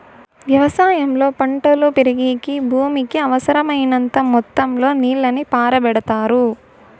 వ్యవసాయంలో పంటలు పెరిగేకి భూమికి అవసరమైనంత మొత్తం లో నీళ్ళను పారబెడతారు